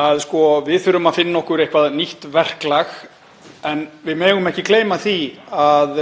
að við þurfum að finna okkur eitthvert nýtt verklag — við megum ekki gleyma því að